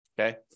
okay